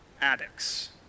addicts